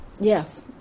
yes